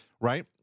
right